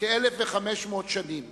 כ-1,500 שנים